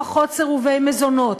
לפחות סירובי מזונות,